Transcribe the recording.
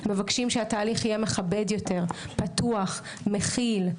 מבקשים שהתהליך יהיה מכבד יותר, פתוח, מכיל.